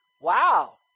Wow